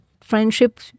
Friendship